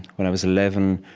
when i was eleven,